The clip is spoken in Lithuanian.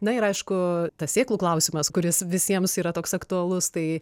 na ir aišku tas sėklų klausimas kuris visiems yra toks aktualus tai